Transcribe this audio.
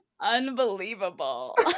unbelievable